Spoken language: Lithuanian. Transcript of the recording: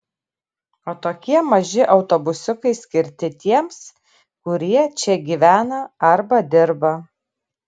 o tokie maži autobusiukai skirti tiems kurie čia gyvena arba dirba